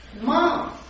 mom